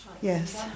Yes